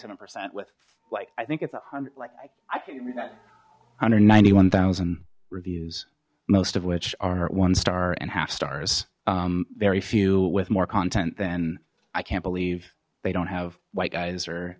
seven percent with like i think it's a hundred hundred ninety one thousand reviews most of which are one star and half stars very few with more content than i can't believe they don't have white guys